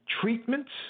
treatments